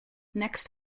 next